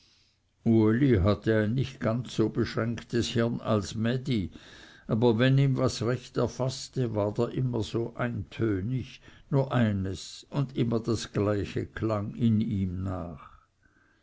uli hatte ein nicht ganz so beschränktes hirn als mädi aber wenn ihn was recht erfaßte ward er immer so eintönig nur eines und immer das gleiche klang in ihm nach